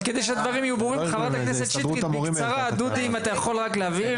אני יכולה להגיד